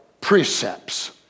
precepts